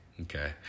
okay